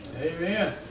Amen